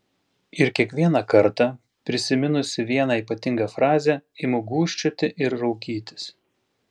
ir kiekvieną kartą prisiminusi vieną ypatingą frazę imu gūžčioti ir raukytis